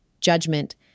judgment